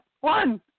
One